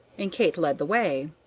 and kate led the way.